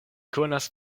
konas